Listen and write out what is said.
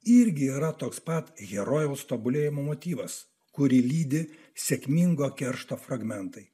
irgi yra toks pat herojaus tobulėjimo motyvas kurį lydi sėkmingo keršto fragmentai